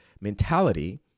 mentality